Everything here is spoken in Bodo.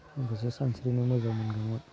माखासे सानस्रिनो मोजां मोनो